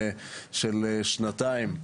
של שנתיים,